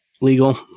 legal